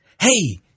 Hey